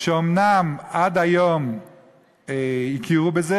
שאומנם עד היום הכירו בזה,